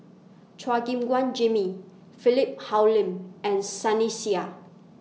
Chua Gim Guan Jimmy Philip Hoalim and Sunny Sia